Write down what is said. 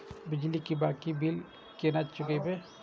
बिजली की बाकी बील केना चूकेबे?